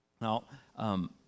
Now